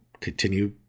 continue